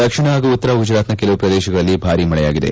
ದಕ್ಷಿಣ ಹಾಗೂ ಉತ್ತರ ಗುಜರಾತ್ನ ಕೆಲವು ಪ್ರದೇಶಗಳಲ್ಲಿ ಭಾರಿ ಮಳೆಯಾಗಿದೆ